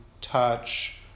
touch